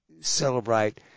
celebrate